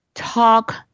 Talk